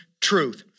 truth